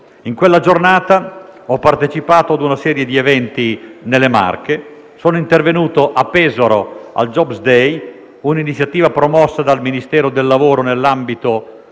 In quella giornata ho partecipato a una serie di eventi nelle Marche. Sono intervenuto al *job day* a Pesaro, un'iniziativa promossa dal Ministero del lavoro e